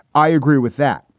i agree with that.